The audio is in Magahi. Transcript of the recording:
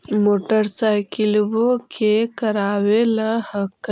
मोटरसाइकिलवो के करावे ल हेकै?